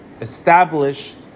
established